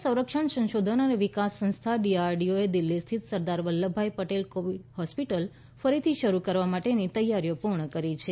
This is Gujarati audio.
ય સંરક્ષણ સંશોધન અને વિકાસ સંસ્થા ડીઆરડીઓ એ દિલ્હી સ્થિત સરદાર વલ્લભભાઇ પટેલ કોવિડ હોસ્પિટલ ફરીથી શરૂ કરવામાં માટેની તૈયારી પૂર્ણ કરી છે